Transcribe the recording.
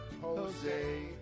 Jose